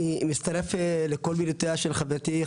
אני מצטרף לכל מילותיה של חברתי,